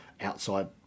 outside